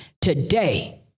today